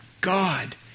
God